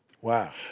Wow